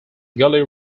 gully